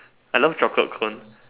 I love chocolate cone